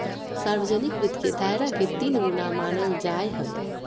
सार्वजनिक वित्त के दायरा के तीन गुना मानल जाय हइ